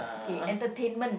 okay entertainment